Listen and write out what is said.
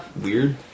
weird